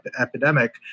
epidemic